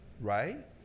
right